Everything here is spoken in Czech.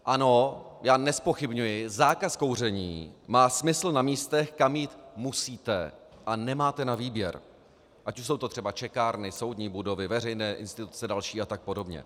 Ano, nezpochybňuji, zákaz kouření má smysl na místech, kam jít musíte a kde nemáte na výběr, ať už jsou to třeba čekárny, soudní budovy, veřejné instituce a další a tak podobně.